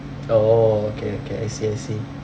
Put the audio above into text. oh okay okay I see I see